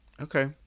Okay